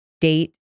date